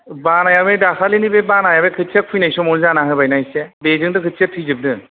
बानाया बे दाख्लैनि बे बानाया खोथिया खुयनाय समाव जाना होबायना एसे बेजोंनोथ' खोथियाया थैजोबदों